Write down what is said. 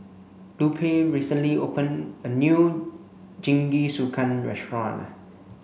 Lupe recently open a new Jingisukan restaurant